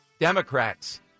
Democrats